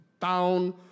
town